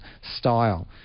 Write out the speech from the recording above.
style